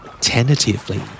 Tentatively